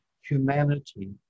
humanity